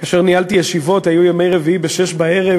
שכאשר ניהלתי ישיבות, בימי רביעי ב-18:00,